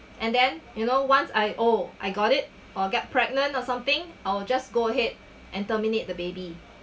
and then you know once I oh I got it or get pregnant or something I'll just go ahead and terminate the baby